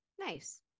Nice